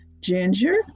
Ginger